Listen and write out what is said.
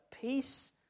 peace